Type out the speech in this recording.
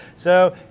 so,